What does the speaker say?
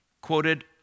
Quoted